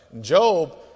Job